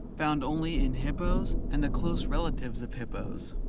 found only in hippos and the close relatives of hippos,